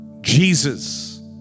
Jesus